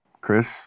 chris